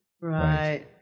right